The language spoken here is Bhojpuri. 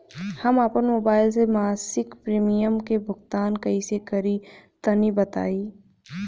हम आपन मोबाइल से मासिक प्रीमियम के भुगतान कइसे करि तनि बताई?